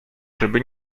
żeby